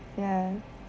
ya